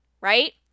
right